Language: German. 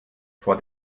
vor